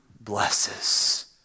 blesses